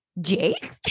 Jake